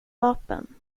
vapen